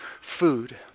food